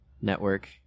network